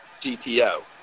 GTO